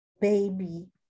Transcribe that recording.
baby